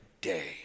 day